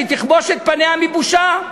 שהיא תכבוש את פניה מבושה,